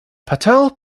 patel